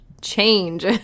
change